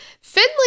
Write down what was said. Finley